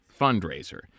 fundraiser